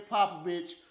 Popovich